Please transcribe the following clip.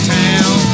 town